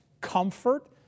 comfort